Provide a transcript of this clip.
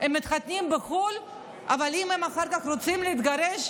הם מתחתנים בחו"ל אבל אם הם אחר כך רוצים להתגרש,